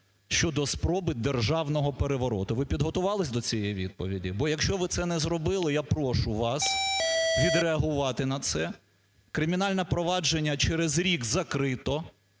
щодо спроби державного перевороту. Ви підготувалися до цієї відповіді? Бо якщо ви це не зробили, я прошу вас відреагувати на це. Кримінальне провадження через рік закрито,